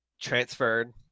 transferred